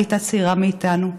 היא הייתה צעירה מאיתנו.